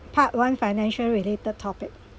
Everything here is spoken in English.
part one financial related topic